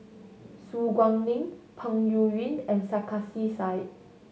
Su Guaning Peng Yuyun and Sarkasi Said